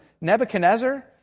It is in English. Nebuchadnezzar